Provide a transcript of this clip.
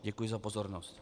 Děkuji za pozornost.